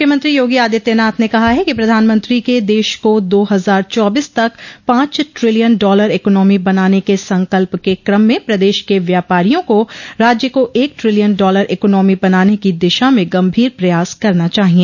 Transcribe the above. मुख्यमंत्री योगी आदित्यनाथ ने कहा है प्रधानमंत्री के देश को दो हजार चौबीस तक पांच ट्रिलियन डॉलर इकोनॉमी बनाने के संकल्प के कम में प्रदेश के व्यापारियों को राज्य को एक ट्रिलियन डॉलर इकोनॉमी बनाने की दिशा में गंभीर प्रयास करना चाहिए